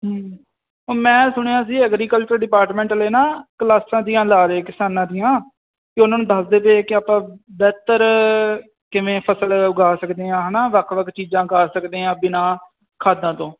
ਓ ਮੈਂ ਸੁਣਿਆ ਸੀ ਐਗਰੀਕਲਚਰ ਡਿਪਾਰਟਮੈਂਟ ਵਾਲੇ ਨਾ ਕਲਾਸਾਂ ਜਿਹੀਆਂ ਲਾ ਰਹੇ ਕਿਸਾਨਾਂ ਦੀਆਂ ਅਤੇ ਉਹਨਾਂ ਨੂੰ ਦੱਸਦੇ ਪਏ ਕਿ ਆਪਾਂ ਬਿਹਤਰ ਕਿਵੇਂ ਫਸਲ ਉਗਾ ਸਕਦੇ ਹਾਂ ਹੈ ਨਾ ਵੱਖ ਵੱਖ ਚੀਜ਼ਾਂ ਖਾ ਸਕਦੇ ਹਾਂ ਬਿਨਾ ਖਾਦਾਂ ਤੋਂ